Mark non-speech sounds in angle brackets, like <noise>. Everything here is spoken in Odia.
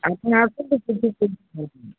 <unintelligible>